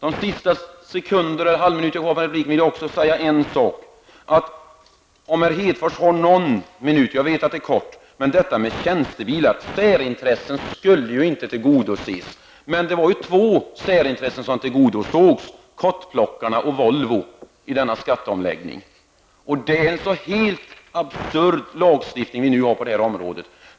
Jag hoppas att Lars Hedfors kan avsätta någon minut, jag vet att det är ont om tid, till frågan om tjänstebilar. Särintressen skulle ju inte tillgodoses. Men två särintressen tillgodosågs i denna skatteomläggning; kottplockarna och Volvo. Det är en helt absurd lagstiftning vi nu har på detta område.